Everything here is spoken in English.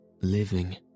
living